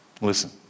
Listen